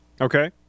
Okay